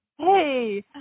Hey